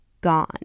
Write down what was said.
gone